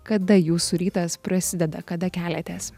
kada jūsų rytas prasideda kada keliatės